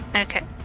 Okay